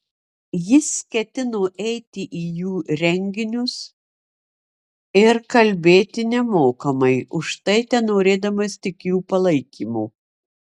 jis ketino eiti į jų renginius ir kalbėti nemokamai už tai tenorėdamas tik jų palaikymo